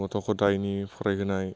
गथ' गथायनि फरायहोनाय